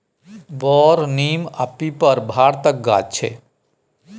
बर, नीम आ पीपर भारतक गाछ छै